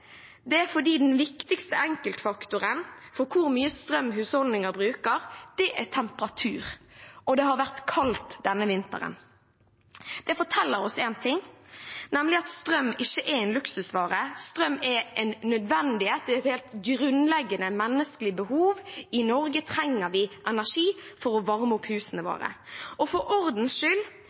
det er fordi den viktigste enkeltfaktoren for hvor mye strøm husholdninger bruker, er temperatur, og det har vært kaldt denne vinteren. Det forteller oss én ting, nemlig at strøm ikke er en luksusvare. Strøm er en nødvendighet, det er et helt grunnleggende menneskelig behov. I Norge trenger vi energi for å varme opp husene våre, og for ordens skyld